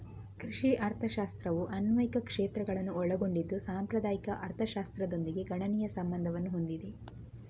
ಕೃಷಿ ಅರ್ಥಶಾಸ್ತ್ರವು ಅನ್ವಯಿಕ ಕ್ಷೇತ್ರಗಳನ್ನು ಒಳಗೊಂಡಿದ್ದು ಸಾಂಪ್ರದಾಯಿಕ ಅರ್ಥಶಾಸ್ತ್ರದೊಂದಿಗೆ ಗಣನೀಯ ಸಂಬಂಧವನ್ನು ಹೊಂದಿದೆ